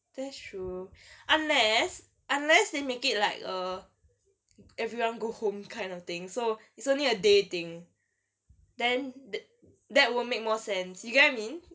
that's true unless unless they make it like a if you want to go home kind of thing so it's only a day thing then that that would make more sense you get what I mean